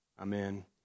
Amen